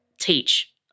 teach